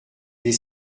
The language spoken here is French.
des